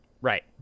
Right